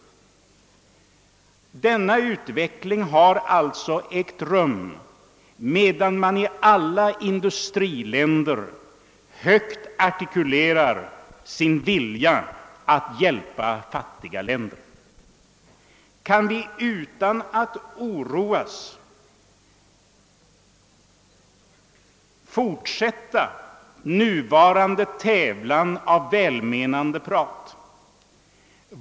Denna utveckling har alltså ägt rum, medan man i alla industriländer högt artikulerat sin vilja att hjälpa de fattiga länderna. Kan vi utan att oroas fortsätta nuvarande tävling i välmenande prat?